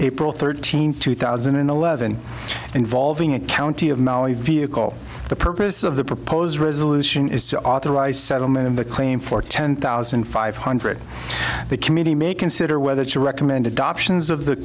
april thirteenth two thousand and eleven involving a county of maui vehicle the purpose of the proposed resolution is to authorize settlement of the claim for ten thousand five hundred the committee may consider whether to recommend adoptions of the